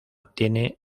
tiene